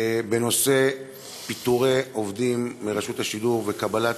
בנושא פיטורי עובדים מרשות השידור וקבלת